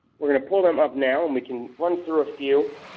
we're going to pull them up now, and we can run through a few.